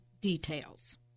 details